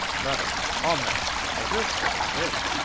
marry, amen. i will, sir, i will.